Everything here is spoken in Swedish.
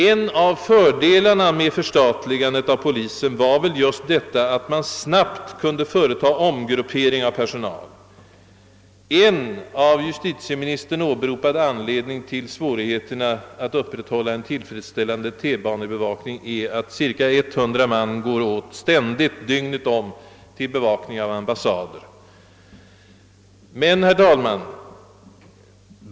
En av fördelarna med förstatligandet av polisväsendet var just det förhållandet att man därigenom snabbt skulle kunna företa omgruppering av personalen. En av justitieministern åberopad anledning till svårigheterna att upprätthålla en tillfredsställande T-banebevakning är att cirka 100 man får avdelas till bevakning av ambassader dygnet om.